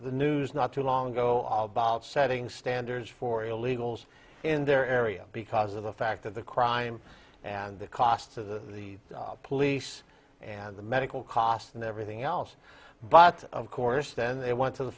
the news not too long ago all about setting standards for illegals in their area because of the fact that the crime and the costs of the police and the medical costs and everything else but of course then they went to the